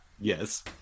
yes